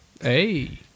Hey